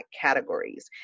categories